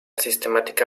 sistemática